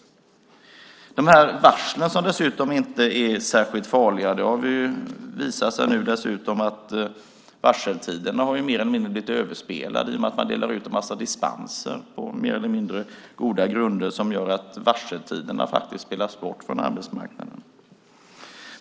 I fråga om de här varslen, som dessutom inte skulle vara särskilt farliga, har det nu visat sig att varseltiderna mer eller mindre har blivit överspelade i och med att man delar ut en massa dispenser på mer eller mindre goda grunder. Varseltiderna spelas faktiskt bort från arbetsmarknaden.